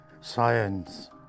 science